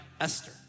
Esther